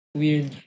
weird